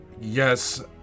yes